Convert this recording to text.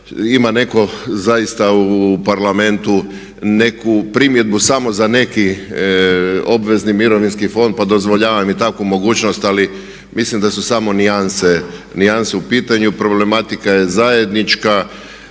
ima neko zaista u Parlamentu neku primjedbu samo za neki obvezni mirovinski fond pa dozvoljavam i takvu mogućnost ali mislim da su samo nijanse u pitanju. Problematika je zajednička,